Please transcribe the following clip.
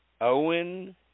Owen